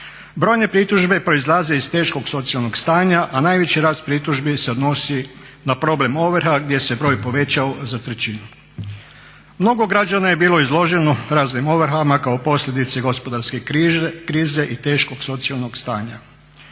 Brojne pritužbe proizlaze iz teškog socijalnog stanja, a najveći rast pritužbi se odnosi na problem ovrha, gdje se broj povećao za trećinu. Mnogo građana je bilo izloženo raznim ovrhama kao posljedici gospodarske krize i teškog socijalnog stanja.